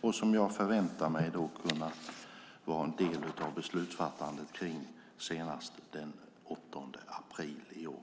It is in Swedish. och som jag förväntar mig kan vara en del av beslutsfattandet senast den 8 april i år.